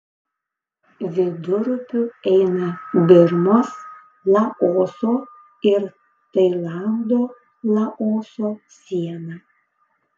vidurupiu eina birmos laoso ir tailando laoso siena